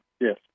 Yes